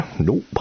Nope